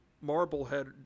Marblehead